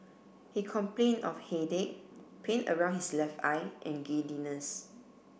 he complained of headache pain around his left eye and giddiness